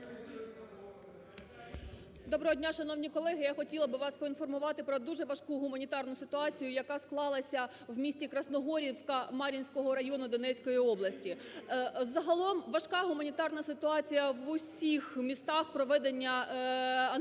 Доброго дня, шановні колеги! Я хотіла б вас проінформувати про дуже важку гуманітарну ситуацію, яка склалася в місті Красногорівка Мар'їнського району Донецької області. Загалом важка гуманітарна ситуація в усіх містах проведення